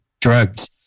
drugs